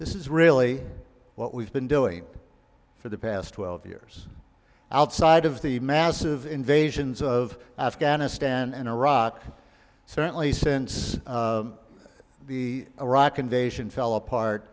this is really what we've been doing for the past twelve years outside of the massive invasions of afghanistan and iraq certainly since the iraq invasion fell apart